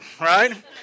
right